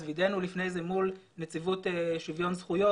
וידאנו לפני כן מול נציבות שוויון זכויות